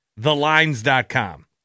thelines.com